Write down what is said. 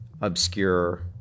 obscure